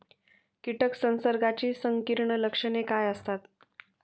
कीटक संसर्गाची संकीर्ण लक्षणे काय असतात?